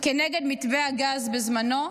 נגד מתווה הגז בזמנו,